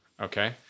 Okay